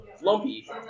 Lumpy